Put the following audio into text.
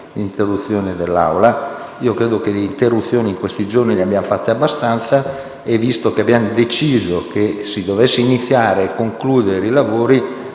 Grazie!